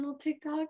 TikTok